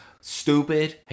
stupid